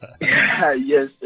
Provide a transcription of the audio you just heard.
yes